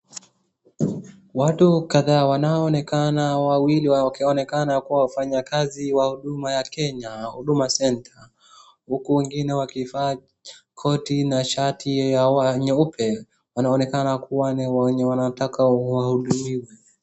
Watu kadhaa wanaonekana wawili wa wakionekana kuwa wafanya kazi wa huduma ya Kenya, Huduma Center . Huku wengine wakifaa koti na shati ya nyeupe, wanaonekana kuwa ni wenye wanataka wa hudumiwe.